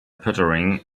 poettering